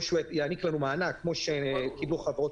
או יעניק לנו מענק כפי שקיבלו חברות